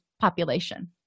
population